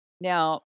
Now